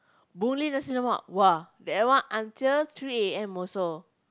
Boon-Lay nasi-lemak !wah! that one until three A_M also